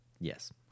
Yes